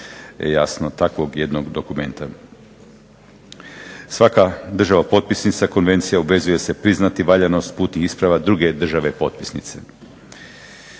jasno takvog jednog dokumenta. Svaka država potpisnica konvencije obvezuje se priznati valjanost putnih isprava druge države potpisnice.